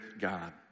God